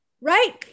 right